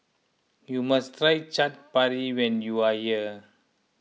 you must try Chaat Papri when you are here